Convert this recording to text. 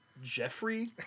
Jeffrey